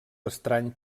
estrany